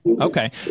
okay